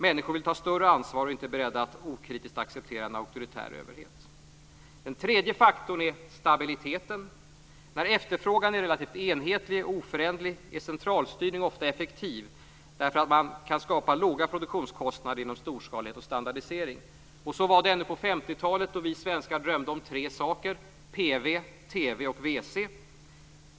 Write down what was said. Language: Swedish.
Människor vill ta större ansvar och är inte beredda att okritiskt acceptera en auktoritär överhet. Den tredje faktorn är stabiliteten. När efterfrågan är relativt enhetlig och oföränderlig är centralstyrning ofta effektiv, eftersom man kan skapa låga produktionskostnader genom storskalighet och standardisering. Så var det ännu på 1950-talet då vi svenskar drömde om tre saker: PV, TV och WC.